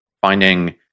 finding